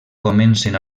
comencen